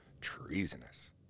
Treasonous